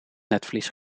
netvlies